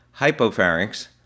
hypopharynx